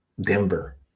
Denver